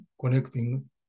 connecting